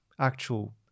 actual